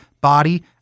body